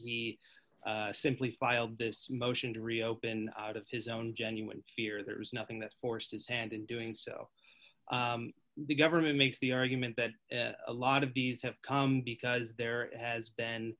ice he simply filed this motion to reopen out of his own genuine fear there's nothing that forced his hand in doing so the government makes the argument that a lot of these have come because there has been